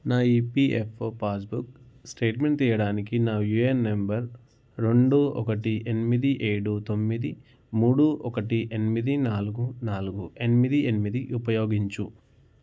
నా EPFO passbook statement తీయడానికి నా యూఏఎన్ నంబరు రెండు ఒకటి ఎనిమిది ఏడు తొమ్మిది మూడు ఒకటి ఎనిమిది నాలుగు నాలుగు ఎనిమిది ఎనిమిది ఉపయోగించు